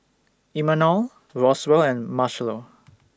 Imanol Roswell and Marchello